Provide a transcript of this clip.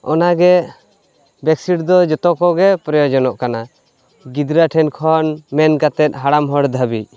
ᱚᱱᱟᱜᱮ ᱵᱮᱠᱥᱤᱴ ᱫᱚ ᱡᱚᱛᱚᱠᱚ ᱜᱮ ᱯᱨᱚᱭᱳᱡᱚᱱᱚᱜ ᱠᱟᱱᱟ ᱜᱤᱫᱽᱨᱟᱹ ᱴᱷᱮᱱᱠᱷᱚᱱ ᱢᱮᱱ ᱠᱟᱛᱮ ᱦᱟᱲᱟᱢ ᱦᱚᱲ ᱫᱷᱟᱹᱵᱤᱡ